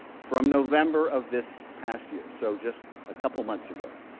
from november of this past year. so just a couple months ago.